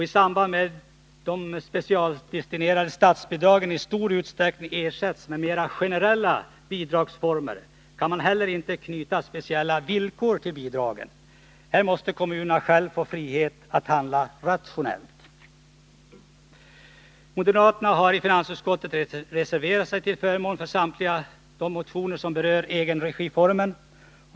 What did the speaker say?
I samband med att de specialdestinerade statsbidragen i stor utsträckning ersätts med mer generella bidragsformer kan man heller inte knyta speciella villkor till bidragen. Här måste kommunerna själva få frihet att handla rationellt. Moderaterna har i finansutskottet reserverat sig till förmån för samtliga motioner som berör egenregiformen.